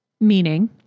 Meaning